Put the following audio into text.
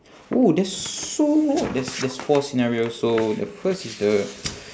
oh there's so there's there's four scenarios so the first is the